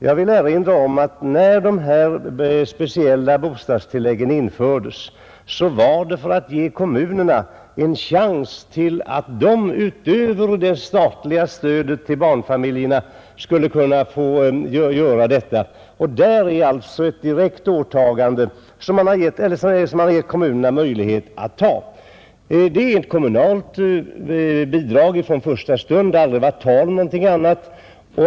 Jag vill erinra om att när dessa speciella bostadstillägg infördes var avsikten att ge kommunerna en chans att ge hjälp utöver det statliga stödet till barnfamiljerna. Där är det alltså ett direkt åtagande, som man har givit kommunerna möjlighet att ta. Det är ett kommunalt bidrag från första stund och det har aldrig varit tal om någonting annat.